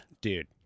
dude